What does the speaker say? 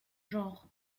genre